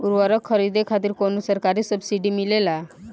उर्वरक खरीदे खातिर कउनो सरकारी सब्सीडी मिलेल?